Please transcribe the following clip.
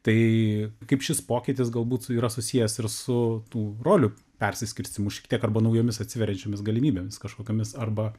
tai kaip šis pokytis galbūt yra susijęs ir su tų rolių persiskirstymu šiek tiek arba naujomis atsiveriančiomis galimybėmis kažkokiomis arba